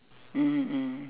mm mm